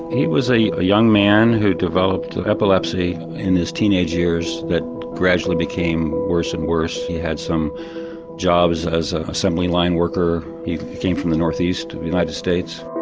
and he was a young man who developed epilepsy in his teenage years that gradually became worse and worse. he had some jobs as an assembly line worker, he came from the north east of the united states.